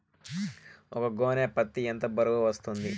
ఒక గోనె పత్తి ఎంత బరువు వస్తుంది?